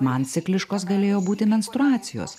man cikliškos galėjo būti menstruacijos